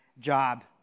job